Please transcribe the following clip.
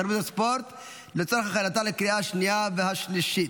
התרבות והספורט לצורך הכנתה לקריאה השנייה והשלישית.